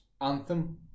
Anthem